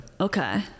Okay